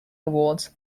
awards